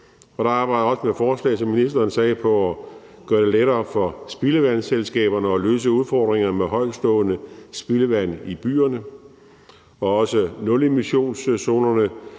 og der arbejdes også med forslag, som ministeren sagde, til at gøre det lettere for spildevandsselskaberne at løse udfordringer med højtstående spildevand i byerne. Også nulemissionszoner er